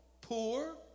poor